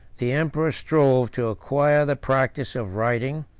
the emperor strove to acquire the practice of writing,